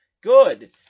good